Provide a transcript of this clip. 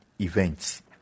events